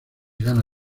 gana